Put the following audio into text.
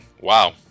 wow